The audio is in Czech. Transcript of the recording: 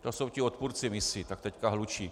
To jsou ti odpůrci misí, tak teď hlučí.